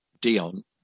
Dion